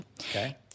Okay